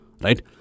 right